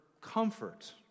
comfort